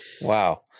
Wow